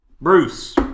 Bruce